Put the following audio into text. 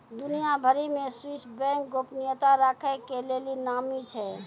दुनिया भरि मे स्वीश बैंक गोपनीयता राखै के लेली नामी छै